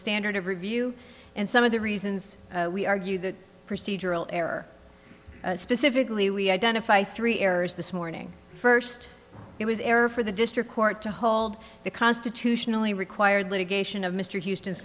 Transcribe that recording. standard of review and some of the reasons we argue the procedural error specifically we identify three errors this morning first it was error for the district court to hold the constitutionally required litigation of mr houston's